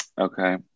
okay